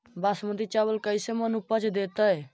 बासमती चावल कैसे मन उपज देतै?